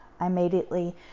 immediately